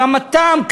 רמתם,